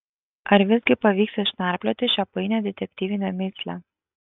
ar visgi pavyks išnarplioti šią painią detektyvinę mįslę